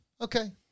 Okay